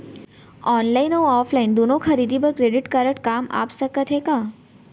Online अऊ offline दूनो खरीदी बर क्रेडिट कारड काम आप सकत हे का?